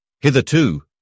Hitherto